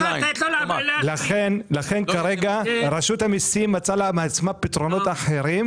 לכן כרגע רשות המיסים מצאה לעצמה פתרונות אחרים